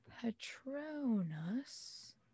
patronus